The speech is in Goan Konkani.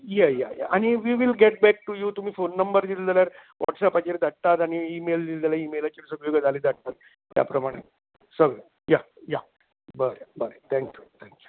या या आनी we will get back to you तुमी फॉन नंबर दिल जाल्यार व्हॉट्सेपाचेर धाडटात आनी इमेल दिल जाल्यार इमेलाचेर सगळ्यो गजाली धाडटात त्या प्रमाणे सो या या बरें बरें थँक्यू थँक्यू थँक्यू